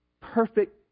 perfect